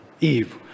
Eve